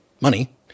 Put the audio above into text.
money